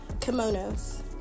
kimonos